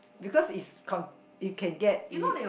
because is con~ you can get ea~